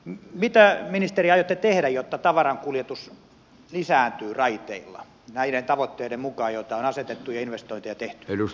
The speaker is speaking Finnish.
mitä ministeri aiotte tehdä jotta tavarankuljetus lisääntyy raiteilla näiden tavoitteiden mukaan joita on asetettu ja joihin investointeja on tehty